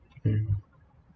mm